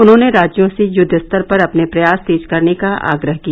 उन्होंने राज्यों से युद्वस्तर पर अपने प्रयास तेज करने का आग्रह किया